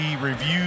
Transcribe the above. review